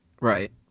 Right